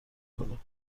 کنیم